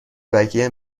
بقیه